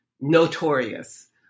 notorious